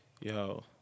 Yo